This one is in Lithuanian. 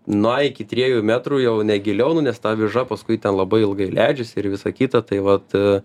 na iki triejų metrų jau ne giliau nu nes ta aviža paskui ten labai ilgai leidžiasi ir visa kita tai vat